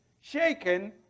shaken